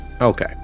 Okay